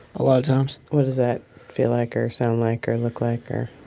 a lot of times what does that feel like or sound like or look like or.